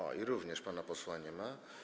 O, również pana posła nie ma.